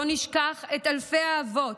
לא נשכח את אלפי האבות,